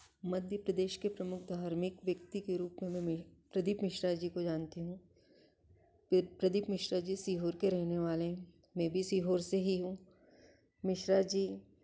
मध्य प्रदेश के प्रमुख धार्मिक व्यक्ति के रूप में मैं प्रदीप मिश्रा जी को जानती हूँ प्रदीप मिश्रा जी सीहोर के रहने वाले हैं मैं भी सीहोर से ही हूँ मिश्रा जी